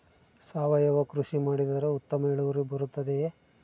ಸಾವಯುವ ಕೃಷಿ ಮಾಡಿದರೆ ಉತ್ತಮ ಇಳುವರಿ ಬರುತ್ತದೆಯೇ?